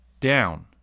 down